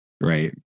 right